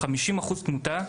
אז הייתה 50% תמותה,